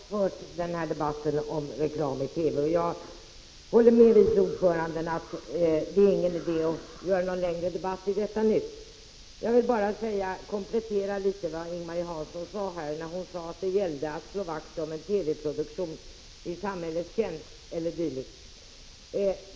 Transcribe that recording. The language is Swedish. Herr talman! Vi har många gånger hört den här debatten om reklam i TV, 12 december 1985 och jag håller med vice ordföranden i kulturutskottet om att detinteärnågon 7, Nn idé att föra någon längre debatt just nu. Jag vill något komplettera vad Ing-Marie Hansson sade om att det gäller att slå vakt om en TV-produktion ”i samhällets tjänst”, eller något sådant.